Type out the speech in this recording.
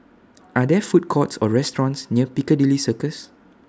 Are There Food Courts Or restaurants near Piccadilly Circus